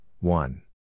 one